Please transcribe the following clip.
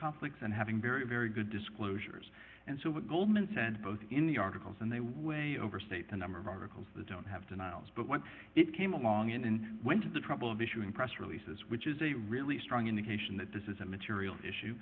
conflicts and having very very good disclosures and so what goldman said both in the articles and they way overstate the number of articles that don't have denials but when it came along and in went to the trouble of issuing press releases which is a really strong indication that this is a material issue